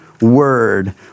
word